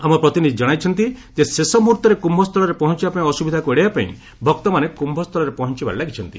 ଆମ ପ୍ରତିନିଧି ଜଣାଇଛନ୍ତି ଯେ ଶେଷ ମୁହୂର୍ଭରେ କୁୟ ସ୍ଥଳରେ ପହଞ୍ଚୁବା ପାଇଁ ଅସୁବିଧାକୁ ଏଡାଇବା ପାଇଁ ଭକ୍ତମାନେ କ୍ୟୁସ୍ଥଳରେ ପହଞ୍ଚିବାରେ ଲାଗିଛନ୍ତି